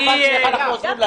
לא הבנתי איך אנחנו עוזרים להם.